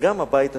וגם הבית השלישי.